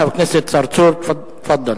חבר הכנסת אברהים צרצור, תפאדל.